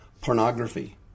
pornography